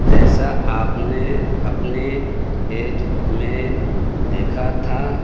جیسا آپ نے اپنے ایڈ میں دیکھا تھا